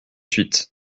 suite